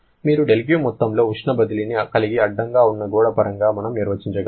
మీరు δQ మొత్తంలో ఉష్ణ బదిలీని కలిగి అడ్డంగా ఉన్న గోడ పరంగా మనము నిర్వచించగము